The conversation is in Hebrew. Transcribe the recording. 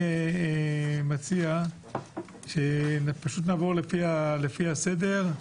ואני שפשוט נעבור לפי הסדר.